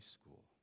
school